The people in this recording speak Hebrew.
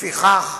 לפיכך,